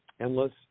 endless